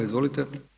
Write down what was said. Izvolite.